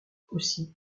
aussi